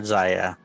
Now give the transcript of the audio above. Zaya